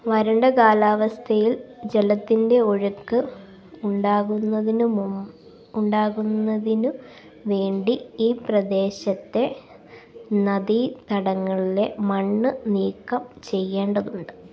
വരണ്ട കാലാവസ്ഥയിൽ ജലത്തിൻ്റെ ഒഴുക്ക് ഉണ്ടാകുന്നതിനു മുമ്പ് ഉണ്ടാകുന്നതിന് വേണ്ടി ഈ പ്രദേശത്തെ നദീതടങ്ങളിലെ മണ്ണ് നീക്കം ചെയ്യേണ്ടതുണ്ട്